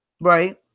Right